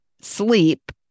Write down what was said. sleep